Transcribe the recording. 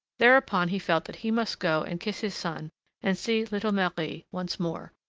thereupon he felt that he must go and kiss his son and see little marie once more,